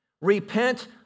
Repent